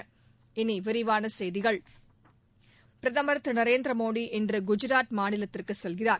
இனி விரிவான செய்திகள் பிரதமர் திரு நரேந்திர மோடி இன்று குஜராத் மாநிலத்திற்கு செல்கிறார்